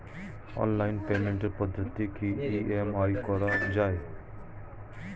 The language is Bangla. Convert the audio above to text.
অনলাইন পেমেন্টের পদ্ধতিতে কি ই.এম.আই করা যায়?